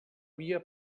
via